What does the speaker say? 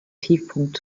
tiefpunkt